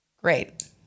Great